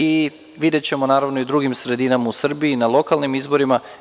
I, videćemo naravno i u drugim sredinama u Srbiji na lokalnim izborima.